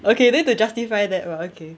okay then to justify that well okay